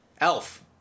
elf